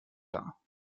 klar